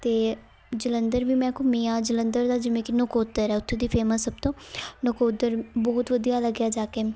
ਅਤੇ ਜਲੰਧਰ ਵੀ ਮੈਂ ਘੁੰਮੀ ਹਾਂ ਜਲੰਧਰ ਦਾ ਜਿਵੇਂ ਕਿ ਨਕੋਦਰ ਆ ਉੱਥੋਂ ਦੀ ਫੇਮਸ ਸਭ ਤੋਂ ਨਕੋਦਰ ਬਹੁਤ ਵਧੀਆ ਲੱਗਿਆ ਜਾ ਕੇ